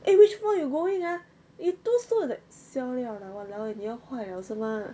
eh which floor you going ah if too slow you like siao liao lah !walao![eh] 你要坏 liao 是吗